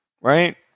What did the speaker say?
right